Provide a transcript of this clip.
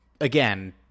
Again